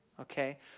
okay